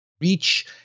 reach